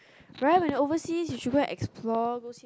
right when we are overseas we should go and explore